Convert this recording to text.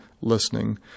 listening